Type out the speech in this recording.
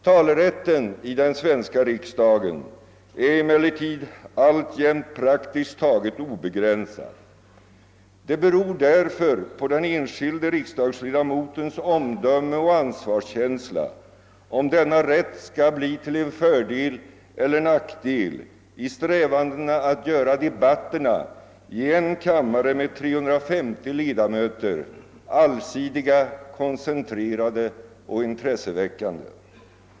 Talerätten i den svenska riksdagen är emellertid alltjämt praktiskt taget obegränsad. Det beror därför på den enskilde riksdagsledamotens omdöme och ansvarskänsla om denna rätt skall bli till fördel eller nackdel i strävandena att göra debatterna i en kammare med 350 ledamöter allsidiga, koncentrerade och intresseväckande.